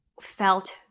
felt